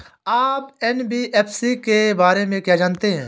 आप एन.बी.एफ.सी के बारे में क्या जानते हैं?